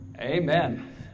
Amen